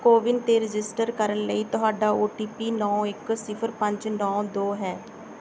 ਕੋਵਿਨ ਤੇ ਰਜਿਸਟਰ ਕਰਨ ਲਈ ਤੁਹਾਡਾ ਓ ਟੀ ਪੀ ਨੌ ਇੱਕ ਸਿਫ਼ਰ ਪੰਜ ਨੌ ਦੋ ਹੈ